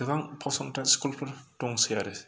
गोबां फसंथान स्कुल फोर दंसै आरो